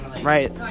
right